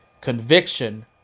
conviction